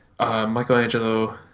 Michelangelo